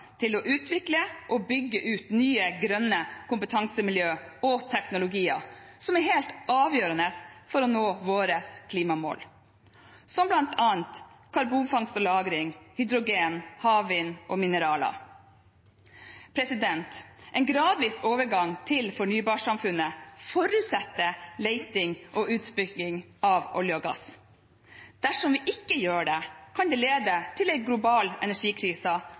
til å utvikle og bygge ut nye grønne kompetansemiljøer og teknologier, som er helt avgjørende for å nå våre klimamål, som bl.a. karbonfangst og -lagring, hydrogen, havvind og mineraler. En gradvis overgang til fornybarsamfunnet forutsetter leting og utvikling av olje og gass. Dersom vi ikke gjør det, kan det lede til en global energikrise